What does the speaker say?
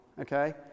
okay